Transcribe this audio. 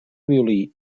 violí